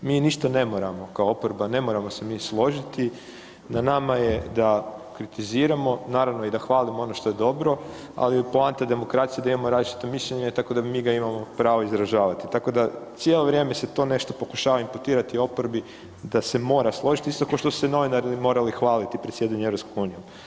Mi ništa ne moramo kao oporba, ne moramo se mi složiti, na nama je da kritiziramo, naravno i da hvalimo ono što je dobro, ali poanta demokracije je da imamo različito mišljenje, tako da mi ga imamo pravo izražavati, tako da cijelo vrijeme se to nešto pokušava imputirati oporbi da se mora složit isto košto su se novinari morali hvaliti predsjedanjem EU.